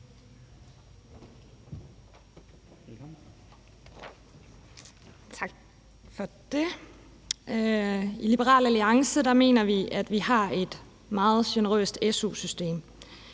I Liberal Alliance mener vi, at vi har et meget generøst su-system.